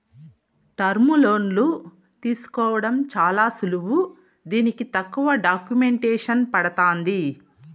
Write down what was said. టర్ములోన్లు తీసుకోవడం చాలా సులువు దీనికి తక్కువ డాక్యుమెంటేసన్ పడతాంది